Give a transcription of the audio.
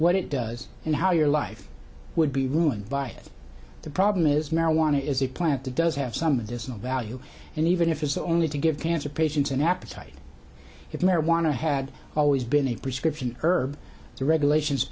what it does and how your life would be ruined by it the problem is marijuana is a plant that does have some additional value and even if it's only to give cancer patients an appetite if marijuana had always been a prescription herb the regulations